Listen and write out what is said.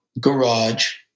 garage